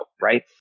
right